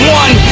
one